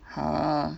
!huh!